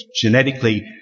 genetically